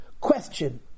question